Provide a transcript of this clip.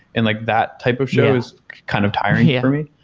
and like that type of show is kind of tiring yeah for me.